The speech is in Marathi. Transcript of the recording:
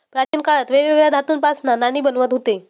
प्राचीन काळात वेगवेगळ्या धातूंपासना नाणी बनवत हुते